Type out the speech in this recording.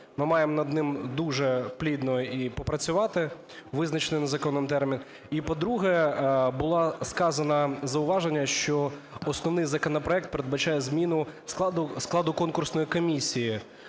ми маємо над ним дуже плідно і попрацювати у визначений законом термін. І, по-друге, було сказано зауваження, що основний законопроект передбачає зміну складу конкурсної комісії.